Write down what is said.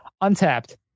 untapped